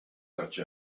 such